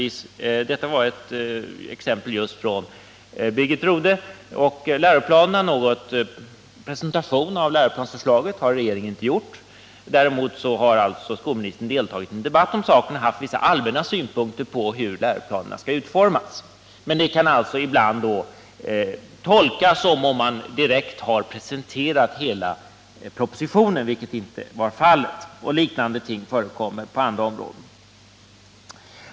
inte förhållandet i vad gäller Birgit Rodhe och propositionen i läroplansfrågan. Någon presentation av läroplansförslaget har regeringen inte gjort. Däremot har skolministern deltagit i en debatt om saken och haft en del allmänna synpunkter på hur läroplanerna skall utformas. Det kan ibland tolkas som att man direkt har presenterat hela propositionen, även om så inte varit fallet. Liknande exempel förekommer på andra områden.